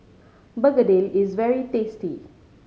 Begedil is very tasty